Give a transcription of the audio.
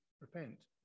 repent